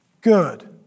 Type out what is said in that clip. good